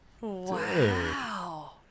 Wow